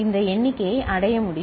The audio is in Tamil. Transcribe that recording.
இந்த எண்ணிக்கையை அடைய முடியும்